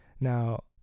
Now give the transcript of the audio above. now